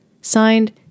signed